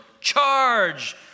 charge